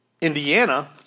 Indiana